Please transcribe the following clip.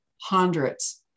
hundreds